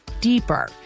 deeper